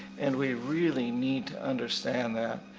and we really need to understand that.